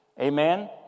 Amen